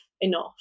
enough